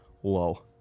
Whoa